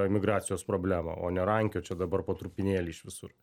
tą emigracijos problemą o ne rankiot čia dabar po trupinėlį iš visur